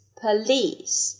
police